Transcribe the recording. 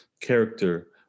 character